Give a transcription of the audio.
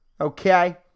Okay